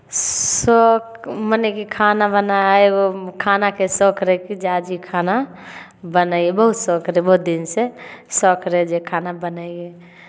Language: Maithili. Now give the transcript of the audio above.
शौक मने कि खाना बनायब खानाके शौक रहय कि जे आज ई खाना बनयबहु सभकेँ देबहु दिलसँ शौक रहै जे खाना बनैयै